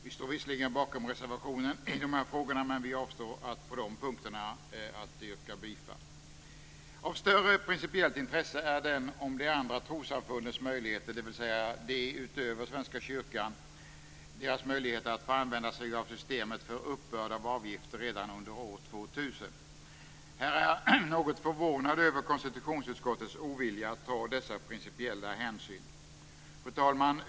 Vi står visserligen bakom reservationen i frågan men avstår från att yrka bifall på de punkterna. Av större principiellt intresse är reservationen om de andra trossamfundens, dvs. utöver Svenska kyrkan, möjligheter att få använda sig av systemet för uppbörd av avgifter redan under år 2000. Här är jag något förvånad över konstitutionsutskottets ovilja att ta dessa principiella hänsyn.